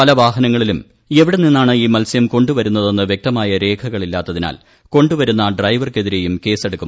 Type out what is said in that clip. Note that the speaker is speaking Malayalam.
പല വാഹനങ്ങ ളിലും എവിടെ നിന്നാണ് ഈ മത്സ്യം കൊണ്ടുവരുന്നതെന്ന് വ്യക്ത മായ രേഖകളില്ലാത്തിനാൽ കൊണ്ടുവരുന്ന ഡ്രൈവർക്കെതിരേയും കേസെടുക്കുമെന്ന് മന്ത്രി പറഞ്ഞു